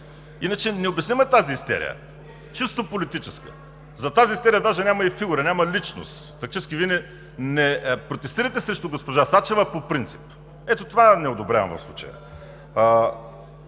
Иначе необяснима е тази истерия – чисто политическа. Зад тази истерия даже няма и фигури, няма личност. Фактически Вие не протестирате срещу госпожа Сачева, а по принцип. Ето, това не одобрявам в случая.